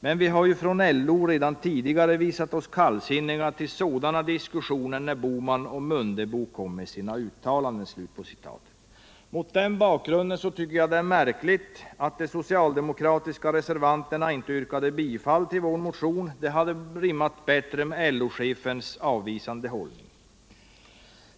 Men vi har ju från LO-håll redan tidigare visat oss kallsinniga till sådana diskussioner när Bohman och Mundebo kom med sina uttalanden.” Mot den bakgrunden tycker jag det är märkligt att de socialdemokratiska reservanterna inte yrkade bifall till vår motion. Det hade rimmat bättre med LO-chefens avvisande hållning.